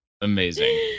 Amazing